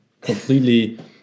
completely